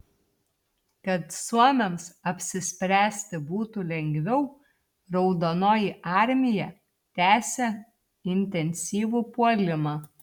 kad suomiams apsispręsti būtų lengviau raudonoji armija tęsė intensyvų puolimą